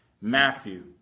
Matthew